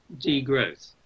degrowth